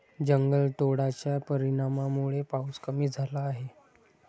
जंगलतोडाच्या परिणामामुळे पाऊस कमी झाला आहे